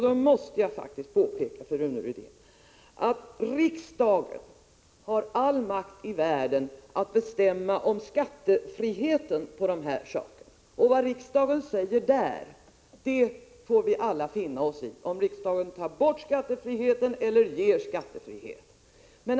Jag måste påpeka för Rune Rydén att riksdagen har all makt i världen att bestämma om skattefrihet på detta sparande. Vad riksdagen säger i den frågan får vi alla finna oss i, vare sig riksdagen ger skattefrihet eller tar bort skattefrihet.